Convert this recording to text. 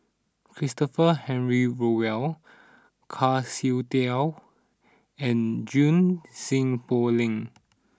Christopher Henry Rothwell Kwa Siew Tee and Junie Sng Poh Leng